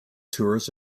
tours